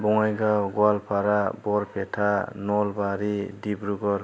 Bongaigaon Goalpara Barpeta Nalbari Dibrugarh